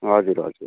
हजुर हजुर